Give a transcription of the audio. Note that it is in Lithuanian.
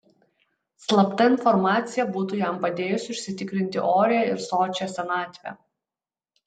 slapta informacija būtų jam padėjusi užsitikrinti orią ir sočią senatvę